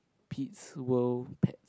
Pete's World pets